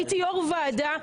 הייתי יושבת ראש ועדה,